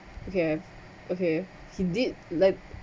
okay okay he did like